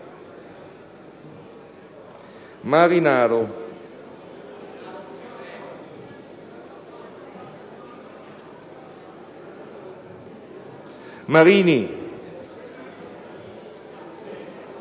Marinaro, Marini, Marino